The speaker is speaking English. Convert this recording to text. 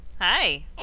Hi